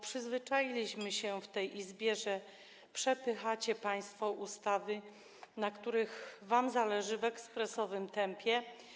Przyzwyczailiśmy się w tej Izbie, że przepychacie państwo ustawy, na których wam zależy, w ekspresowym tempie.